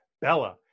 Bella